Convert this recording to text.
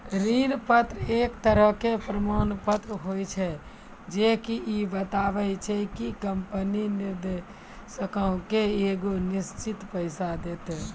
ऋण पत्र एक तरहो के प्रमाण पत्र होय छै जे की इ बताबै छै कि कंपनी निवेशको के एगो निश्चित पैसा देतै